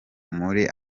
muri